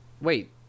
Wait